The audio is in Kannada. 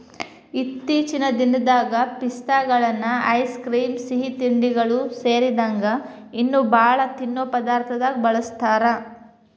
ಇತ್ತೇಚಿನ ದಿನದಾಗ ಪಿಸ್ತಾಗಳನ್ನ ಐಸ್ ಕ್ರೇಮ್, ಸಿಹಿತಿಂಡಿಗಳು ಸೇರಿದಂಗ ಇನ್ನೂ ಬಾಳ ತಿನ್ನೋ ಪದಾರ್ಥದಾಗ ಬಳಸ್ತಾರ